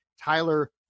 Tyler